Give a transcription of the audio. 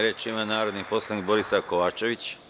Reč ima narodni poslanik Borisav Kovačević.